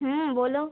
হুম বলো